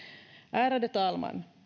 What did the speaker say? ärade talman